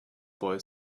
boy